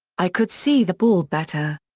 i could see the ball better.